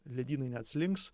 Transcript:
ledynai atslinks